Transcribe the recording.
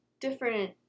different